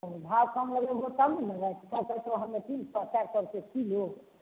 भाव कम लगेबहो तब ने लेबै तीन सए चारि सए रूपए किलो